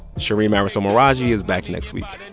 shereen marisol meraji is back next week.